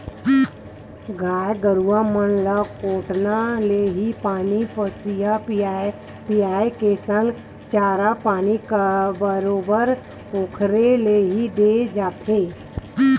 गाय गरु मन ल कोटना ले ही पानी पसिया पायए के संग चारा पानी बरोबर ओखरे ले ही देय जाथे